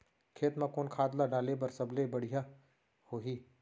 खेत म कोन खाद ला डाले बर सबले बढ़िया होही?